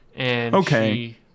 Okay